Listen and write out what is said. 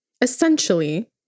Essentially